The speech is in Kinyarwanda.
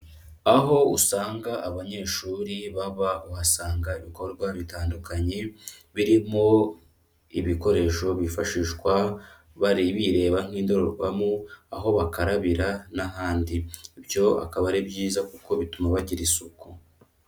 Aho usanga abanyeshuri baba uhasanga ibikorwa bitandukanye, birimo ibikoresho bifashishwa, bireba nk'indorerwamo, aho bakarabira n'ahandi. Ibyo akaba ari byiza kuko bituma bagira isuku.